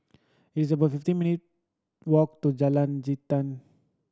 it's about fifteen minute walk to Jalan Jintan